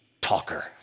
talker